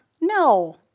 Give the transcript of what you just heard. No